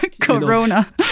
Corona